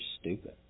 stupid